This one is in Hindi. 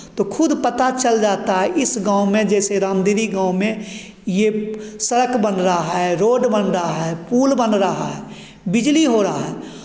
तो खुद पता चल जाता है इस गाँव में जैसे रामदीरी गाँव में ये सड़क बन रहा है रोड बन रहा है पुल बन रहा है बिजली हो रहा है